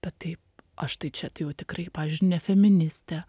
bet taip aš tai čia tai jau tikrai pavyzdžiui ne feministė